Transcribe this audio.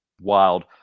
Wild